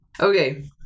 Okay